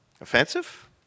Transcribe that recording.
Offensive